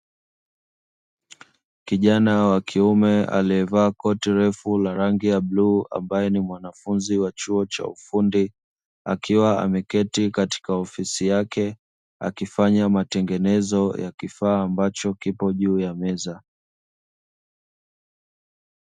Kijana wa kiume aliyevaa koti refu la rangi ya bluu ambaye ni mwanafunzi wa chuo cha ufundi, akiwa ameketi katika ofisi yake akifanya matengenezo ya kifaa ambacho kipo juu ya meza.